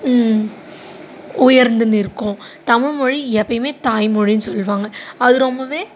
உயர்ந்து நிற்கும் தமிழ்மொழி எப்பயுமே தாய்மொழின்னு சொல்வாங்க அது ரொம்பவே